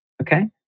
Okay